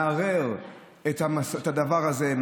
מערער את הדבר הזה,